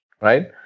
right